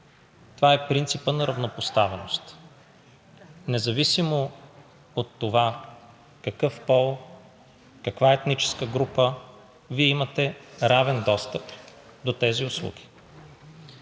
Това е принципът на равнопоставеност. Независимо от това какъв пол, каква етническа група, Вие имате равен достъп до тези услуги.